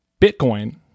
bitcoin